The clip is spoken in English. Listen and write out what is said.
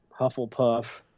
Hufflepuff